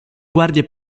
guardie